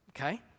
okay